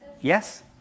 Yes